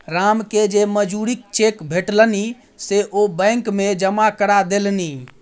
रामकेँ जे मजूरीक चेक भेटलनि से ओ बैंक मे जमा करा देलनि